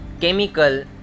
chemical